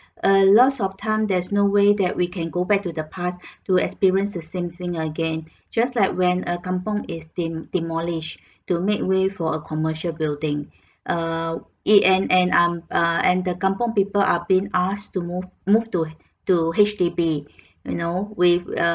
a loss of time there's no way that we can go back to the past to experience the same thing again just like when a kampung is dem~ demolished to make way for a commercial building uh it and and and um ah and the kampung people are being asked to move move to to H_D_B you know with uh